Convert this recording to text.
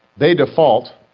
they default,